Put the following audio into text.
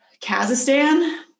Kazakhstan